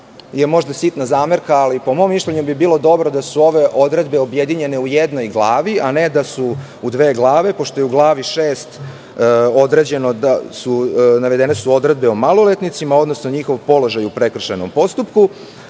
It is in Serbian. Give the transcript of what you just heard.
je možda sitna, ali po mom mišljenju bi bilo dobro da su ove odredbe objedinjene u jednoj glavi, a ne da su u dve glave, pošto su u glavi 6. navedene odredbe o maloletnicima, odnosno njihovom položaj u prekršajnom postupku,